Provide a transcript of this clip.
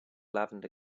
lavender